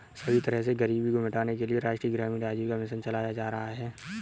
सभी तरह से गरीबी को मिटाने के लिये राष्ट्रीय ग्रामीण आजीविका मिशन चलाया जा रहा है